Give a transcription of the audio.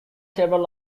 several